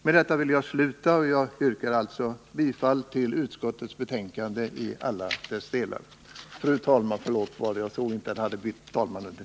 Med detta vill jag sluta, och jag yrkar alltså bifall till utskottets hemställan i alla dess delar.